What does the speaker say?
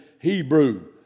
Hebrew